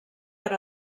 per